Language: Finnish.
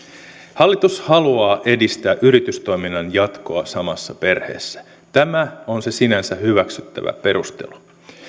hallitus haluaa edistää yritystoiminnan jatkoa samassa perheessä tämä on se sinänsä hyväksyttävä perustelu